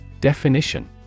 Definition